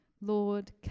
Lord